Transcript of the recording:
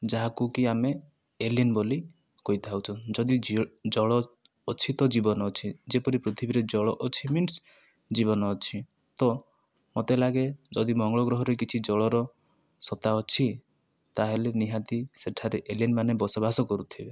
ଯାହାକୁ କି ଆମେ ଏଲିଏନ ବୋଲି କହିଥାଉଛୁ ଯଦି ଜଳ ଅଛି ତ ଜୀବନ ଅଛି ଯେମିତି ପୃଥିବୀରେ ଜଳ ଅଛି ମିନ୍ସ ଜୀବନ ଅଛି ତ ମତେ ଲାଗେ ଯଦି ମଙ୍ଗଳ ଗ୍ରହରେ କିଛି ଜଳର ସତ୍ତା ଅଛି ତା'ହେଲେ ନିହାତି ସେଠାରେ ଏଲିଏନ ମାନେ ବସବାସ କରୁଥିବେ